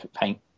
paint